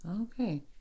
Okay